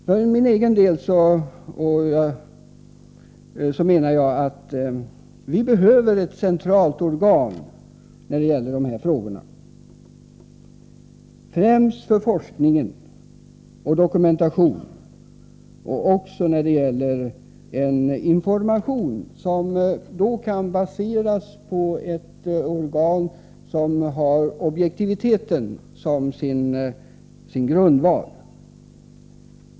För min egen del menar jag att vi behöver ett centralt organ när det gäller de här frågorna — främst för forskning och dokumentation, men också när det gäller information, som då kan baseras på ett organ som har objektiviteten som sin grundval.